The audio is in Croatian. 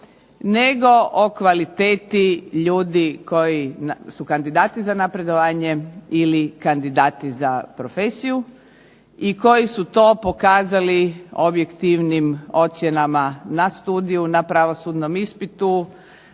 nego o kvaliteti ljudi koji su kandidati za napredovanje ili kandidati za profesiju i koji su to pokazali objektivnim ocjenama na studiju, na pravosudnom ispitu,